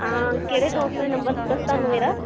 ਕਿਹੜੇ ਦੋਸਤ ਨੇ ਨੰਬਰ ਦਿੱਤਾ ਸੀ ਤੁਹਾਨੂੰ ਮੇਰਾ